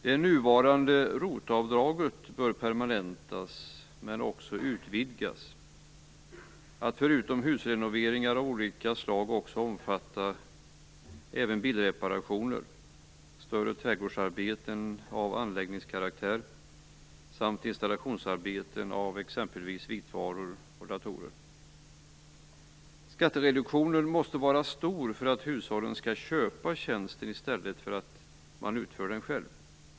Det nuvarande ROT-avdraget bör permanentas men också utvidgas till att förutom husrenoveringar av olika slag också omfatta bilreparationer, större trädgårdsarbeten av anläggningskaraktär samt installationsarbeten av exempelvis vitvaror och datorer. Skattereduktionen måste vara stor för att hushållen skall köpa tjänsten i stället för att man utför den själv.